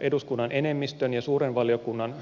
eduskunnan enemmistön ja suuren valiokunnan